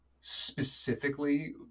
specifically